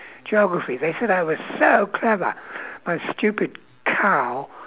geography they said I was so clever my stupid cow